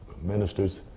ministers